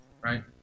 right